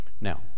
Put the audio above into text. Now